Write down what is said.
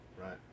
Right